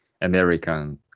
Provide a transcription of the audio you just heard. American